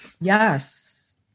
Yes